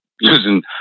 using